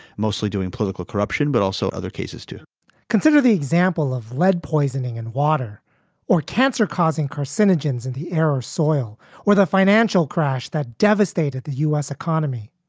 mostly doing political corruption, but also other cases to consider the example of lead poisoning and water or cancer causing carcinogens in the air or soil or the financial crash that devastated the u s. economy.